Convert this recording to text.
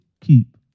keep